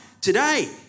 today